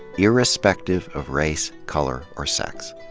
irrespective of race, color or sex.